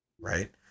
Right